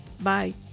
Bye